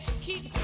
Keep